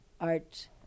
art